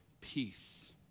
peace